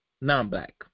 non-black